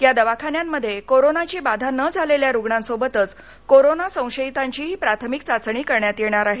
या दवाखान्यांमध्ये कोरोनाची बाधा न झालेल्या रुग्णांसोबतच कोरोना संशयितांचीही प्राथमिक चाचणी करण्यात येणार आहे